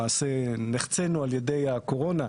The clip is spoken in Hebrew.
למעשה נחצינו על ידי הקורונה,